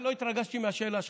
לא התרגשתי מהשאלה שלך.